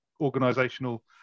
organizational